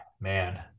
man